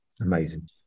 Amazing